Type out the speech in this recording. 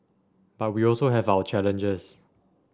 but we also have our challenges